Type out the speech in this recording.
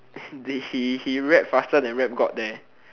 as in he he rap faster than rap god leh